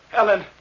Ellen